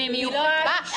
במיוחד -- מה?